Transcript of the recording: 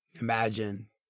Imagine